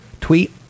tweet